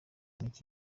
mike